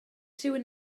rhywun